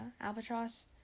albatross